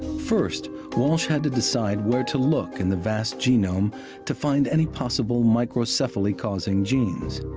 first walsh had to decide where to look in the vast genome to find any possible microcephaly-causing genes.